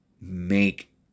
make